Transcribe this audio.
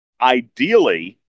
Ideally